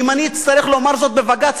ואם אני אצטרך לומר זאת בבג"ץ,